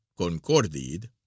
concordid